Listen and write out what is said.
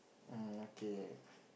um okay